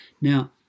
Now